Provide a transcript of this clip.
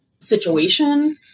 situation